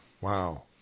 Wow